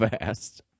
fast